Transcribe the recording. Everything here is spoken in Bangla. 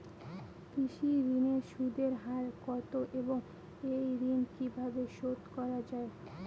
কৃষি ঋণের সুদের হার কত এবং এই ঋণ কীভাবে শোধ করা য়ায়?